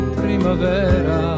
primavera